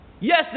Yes